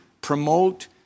promote